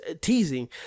teasing